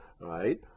right